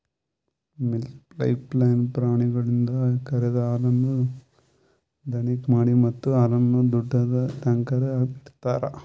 milk pipeline ಪ್ರಾಣಿಗಳಿಂದ ಕರೆದ ಹಾಲನ್ನು ಥಣ್ಣಗ್ ಮಾಡಿ ಮತ್ತ ಹಾಲನ್ನು ದೊಡ್ಡುದ ಟ್ಯಾಂಕ್ನ್ಯಾಗ್ ಇಡ್ತಾರ